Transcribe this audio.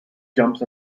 jumps